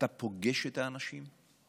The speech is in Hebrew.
אתה פוגש את האנשים בפריפריה,